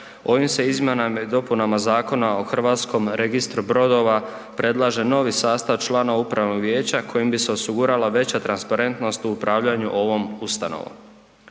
ovim se izmjenama i dopunama Zakona o HRB-u predlaže novi sastav članova upravnog vijeća kojim bi se osigurala veća transparentnost u upravljanju ovom ustanovom.